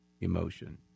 emotion